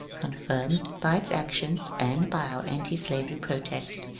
con firmed by its actions and by our antislavery protests.